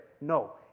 No